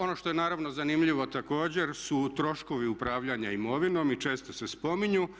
Ono što je naravno zanimljivo također su troškovi upravljanja imovinom i često se spominju.